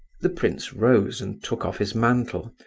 the prince rose and took off his mantle,